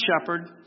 shepherd